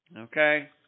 Okay